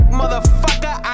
motherfucker